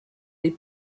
les